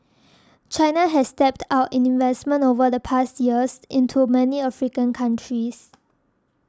China has stepped up investment over the past years into many African countries